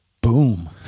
Boom